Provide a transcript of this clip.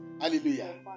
hallelujah